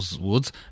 Woods